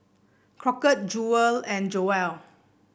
Crockett Jewel and